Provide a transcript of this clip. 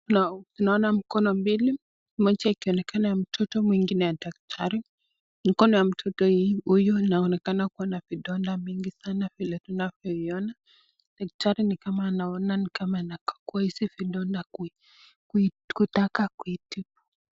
Tunaona mikono mbili moja ikionekana ya mtoto mwingine ya daktari. Mkono ya mtoto huyu inaonekana kuwa na vidonda mingi sana vile tunavyoona. Daktari ni kama anaona ni kama anakagua hizi vidonda kuitaka kuitibu.